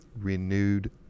renewed